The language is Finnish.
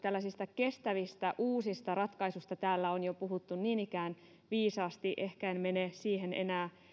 kestävistä uusista ratkaisuista täällä on jo puhuttu niin ikään viisaasti ehkä en mene siihen enää